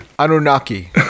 Anunnaki